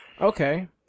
Okay